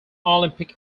olympic